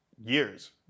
years